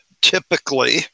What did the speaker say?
typically